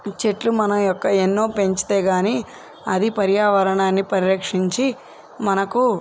చెట్లు మన యొక్క ఎన్నో పెంచితే కానీ అది పర్యావరణాన్ని పరిరక్షించి మనకు